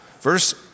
Verse